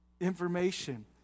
information